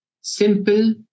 simple